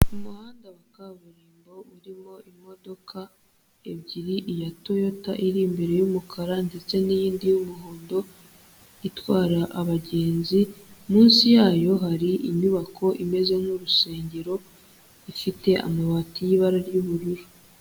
Umuhanda wa kaburimbo urimo imodoka ebyiri, iya Toyota iri imbere y'umukara ndetse n'iyindi y'umuhondo itwara abagenzi, munsi yayo hari inyubako imeze nk'urusengero ifite amabati y'ibara ry'ubururu.